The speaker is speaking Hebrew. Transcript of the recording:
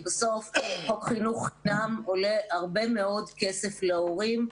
בסוף חוק חינוך חינם עולה הרבה מאוד כסף להורים.